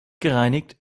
gereinigt